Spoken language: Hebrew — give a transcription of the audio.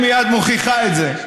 היא מייד מוכיחה את זה.